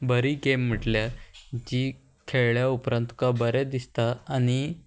बरी गेम म्हटल्यार जी खेळ्ळ्या उपरांत तुका बरें दिसता आनी